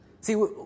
See